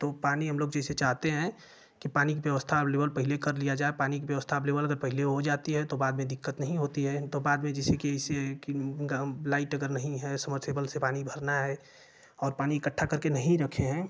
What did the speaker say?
तो पानी हम लोग जैसे चाहते हैं कि पानी कि व्यवस्था अवेलेब्ल पहले कर लिया जाए पानी की व्यवस्था अबेलेबल अगर पहले हो जाती है तो बाद में दिक्कत नहीं होती है तो बाद में जिसे कि ऐसे कि गाँव लाइट अगर नहीं है समरथेबल से पानी भरना है और पानी इकट्ठा करके नहीं रखे हैं